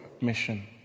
mission